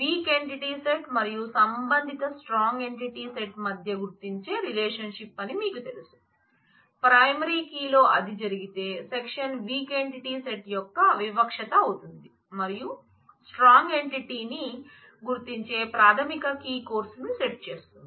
week entity set లో అది జరిగితే సెక్షన్ వీక్ ఎంటిటీ సెట్ యొక్క వివక్షత అవుతుంది మరియు స్ట్రాంగ్ ఎంటిటీని గుర్తించే ప్రాధమిక కీ కోర్సును సెట్ చేస్తుంది